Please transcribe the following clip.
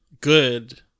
good